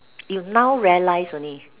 you now realise only